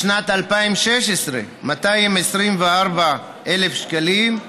בשנת 2016, 224,000 שקלים,